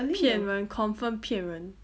骗人 confirm 骗人